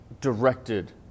directed